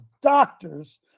doctors